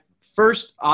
first